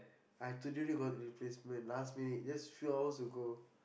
I totally got replacement last minute just few hours ago